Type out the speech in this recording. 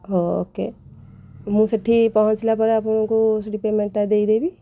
ହଉ ଓକେ ମୁଁ ସେଠି ପହଞ୍ଚିଲା ପରେ ଆପଣଙ୍କୁ ସେଠି ପେମେଣ୍ଟ୍ଟା ଦେଇଦେବି